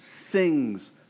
Sings